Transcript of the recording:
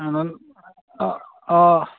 অঁ অঁ